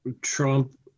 Trump